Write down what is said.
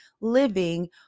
living